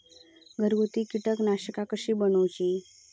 घरगुती कीटकनाशका कशी बनवूची?